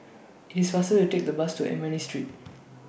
IT IS faster to Take The Bus to Ernani Street